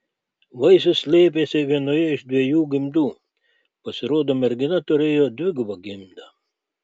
vaisius slėpėsi vienoje iš dviejų gimdų pasirodo mergina turėjo dvigubą gimdą